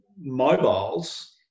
mobiles